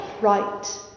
right